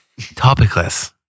Topicless